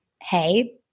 hey